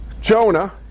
Jonah